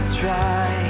try